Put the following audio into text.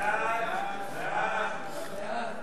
סעיפים 2 11,